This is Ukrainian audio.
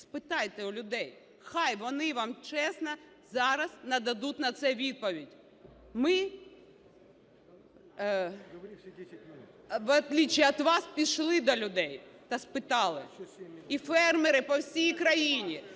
Спитайте у людей, хай вони вам чесно зараз нададуть на це відповідь. Ми в отличие от вас пішли до людей та спитали. І фермери по всій країні